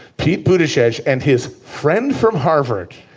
pete bush and his friend from harvard,